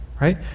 right